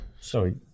Sorry